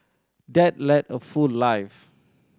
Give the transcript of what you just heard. dad led a full life